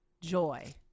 joy